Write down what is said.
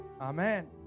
Amen